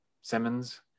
Simmons